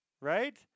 Right